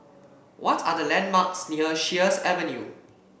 what are the landmarks near Sheares Avenue